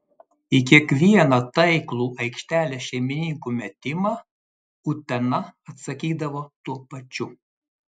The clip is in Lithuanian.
į kiekvieną taiklų aikštelės šeimininkių metimą utena atsakydavo tuo pačiu